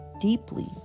deeply